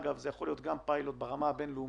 זה יכול להיות גם פיילוט ברמה הבינלאומית.